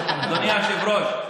אדוני היושב-ראש,